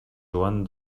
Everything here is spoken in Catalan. joan